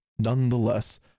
Nonetheless